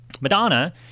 Madonna